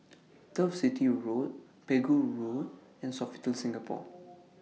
Turf City Road Pegu Road and Sofitel Singapore